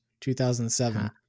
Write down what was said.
2007